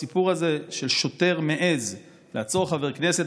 הסיפור הזה ששוטר מעז לעצור חבר כנסת.